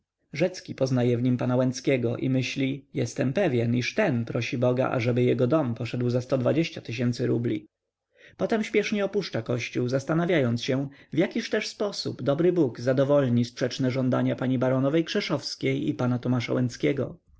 rzecki poznaje w nim pana łęckiego i myśli jestem pewny iż ten prosi boga ażeby jego dom poszedł za sto tysięcy rubli potem śpiesznie opuszcza kościół zastanawiając się w jaki też sposób dobry bóg zadowolni sprzeczne żądania pani baronowej krzeszowskiej i pana tomasza